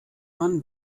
man